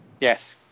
Yes